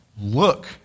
Look